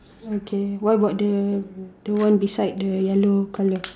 okay what about the the one beside the yellow colour